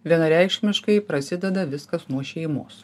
vienareikšmiškai prasideda viskas nuo šeimos